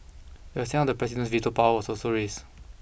the extent of the president's veto powers was also raised